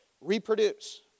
Reproduce